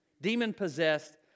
demon-possessed